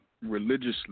religiously